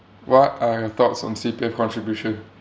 what are your thoughts on C_P_F contribution